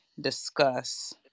discuss